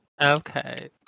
Okay